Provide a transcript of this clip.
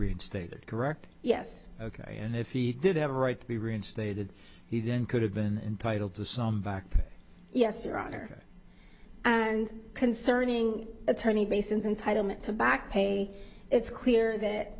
reinstated correct yes ok and if he did have a right to be reinstated he then could have been entitle to some back yes your honor and concerning attorney basins entitle me to back pay it's clear that